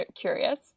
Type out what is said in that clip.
curious